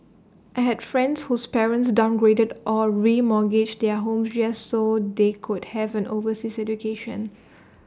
I had friends whose parents downgraded or remortgaged their homes just so they could have an overseas education